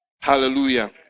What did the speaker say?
Hallelujah